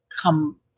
come